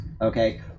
okay